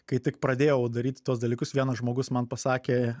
kai tik pradėjau daryti tuos dalykus vienas žmogus man pasakė